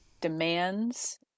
demands